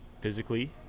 physically